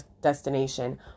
destination